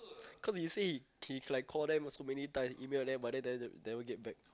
cause he say he like call them so many times email them but then they never get back